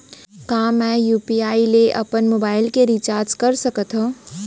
का मैं यू.पी.आई ले अपन मोबाइल के रिचार्ज कर सकथव?